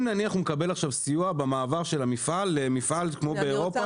אם נניח הוא מקבל עכשיו סיוע במעבר של המפעל למפעל כמו באירופה